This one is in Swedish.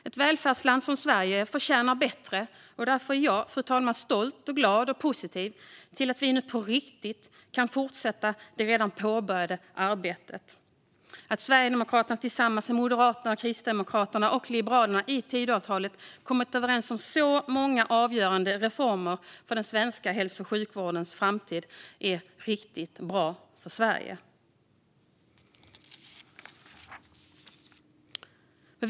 Ett välfärdsland som Sverige förtjänar bättre, fru talman, och därför är jag stolt, glad och positiv till att vi nu kan fortsätta det redan påbörjade arbetet. Att Sverigedemokraterna tillsammans med Moderaterna, Kristdemokraterna och Liberalerna i Tidöavtalet har kommit överens om många avgörande reformer för den svenska hälso och sjukvårdens framtid är riktigt bra för Sverige. Fru talman!